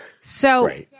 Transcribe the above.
So-